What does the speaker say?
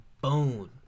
bone